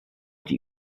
die